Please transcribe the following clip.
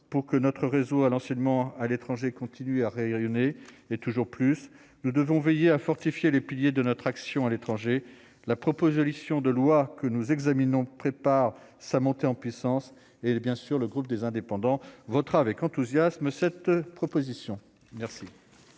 pour que notre réseau à l'enseignement à l'étranger, continuer à rayonner et toujours plus, nous devons veiller à fortifier les piliers de notre action à l'étranger, la proposition de loi que nous examinons prépare sa montée en puissance, et bien sûr le groupe des indépendants votera avec enthousiasme cette proposition merci.